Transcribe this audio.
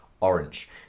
orange